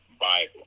Bible